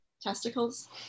testicles